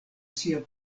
sia